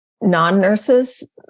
Non-nurses